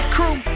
Crew